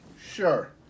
Sure